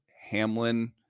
Hamlin